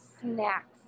snacks